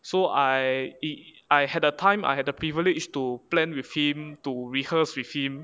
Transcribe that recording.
so I E I had the time I had the privilege to plan with him to rehearse with him